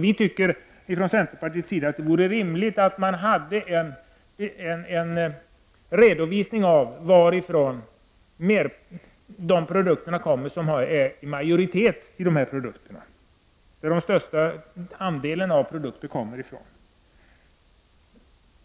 Vi i centerpartiet tycker det är rimligt med en redovisning av varifrån de vanligaste ingredienserna i dessa produkter kommer. På den punkten finns